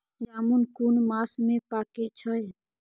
जामून कुन मास में पाके छै?